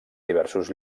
diversos